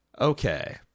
okay